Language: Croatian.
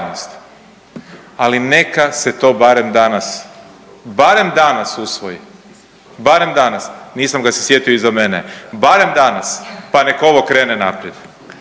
Ali neka se to barem danas, barem danas usvoji. Barem danas, nisam ga se sjetio, iza mene je, barem danas, pa nek ovo krene naprijed.